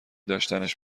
داشتنش